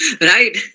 Right